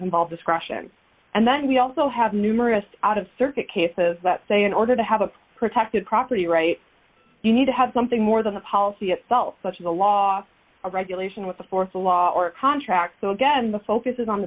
involve discretion and then we also have numerous out of circuit cases that say in order to have a protected property rights you need to have something more than the policy itself such as a law a regulation with the force a law or a contract so again the focus is on the